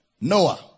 noah